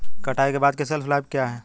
कटाई के बाद की शेल्फ लाइफ क्या है?